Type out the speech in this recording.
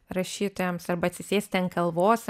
rašytojams arba atsisėsti ant kalvos